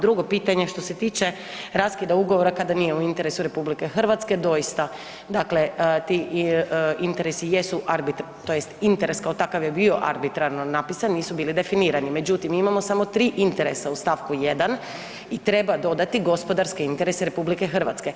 Drugo pitanje, što se tiče raskida ugovora kada nije u interesu RH, doista dakle ti interesi jesu, tj. interes kao takav je bio arbitrarno napisan nisu bili definirani, međutim mi imamo samo 3 interesa u stavku 1. i treba dodati gospodarske interese RH.